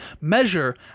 Measure